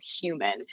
human